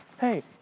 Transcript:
Hey